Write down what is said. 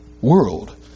world